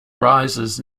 rises